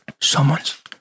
someone's